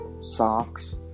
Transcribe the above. socks